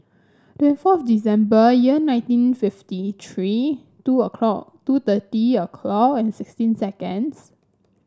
twenty fourth December year nineteen fifty three two o'clock two thirty o'clock and sixteen seconds